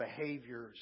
behaviors